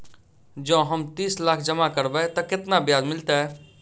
जँ हम तीस लाख जमा करबै तऽ केतना ब्याज मिलतै?